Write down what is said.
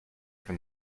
from